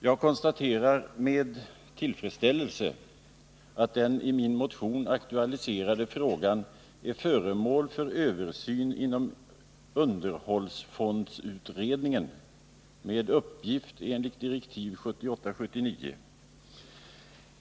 Jag konstaterar med tillfredsställelse att den i min motion aktualiserade frågan är föremål för översyn inom underhållsfondsutredningen med uppgifter enligt direktiv nr 1978:79.